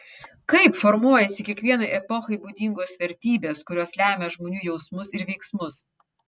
kaip formuojasi kiekvienai epochai būdingos vertybės kurios lemia žmonių jausmus ir veiksmus